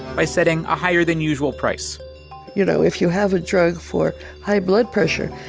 by setting a higher-than-usual price you know, if you have a drug for high blood pressure,